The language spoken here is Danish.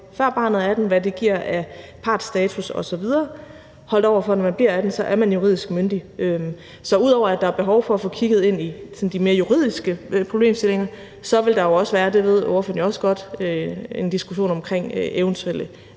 før barnet er 18 år, og hvad det giver af partsstatus osv., holdt over for, at når man bliver 18 år, er man juridisk myndig. Så ud over, at der er behov for at få kigget ind i de mere juridiske problemstillinger, vil der også være, og det ved ordføreren jo også godt, en diskussion omkring eventuelle